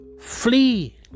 Flee